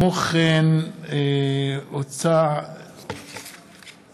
מאת חברי הכנסת דב חנין,